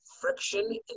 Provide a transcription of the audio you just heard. friction